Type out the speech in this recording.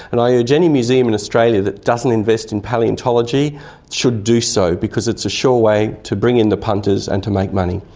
and i urge any museum in australia that doesn't invest in palaeontology should do so because it's a sure way to bring in the punters and to make money.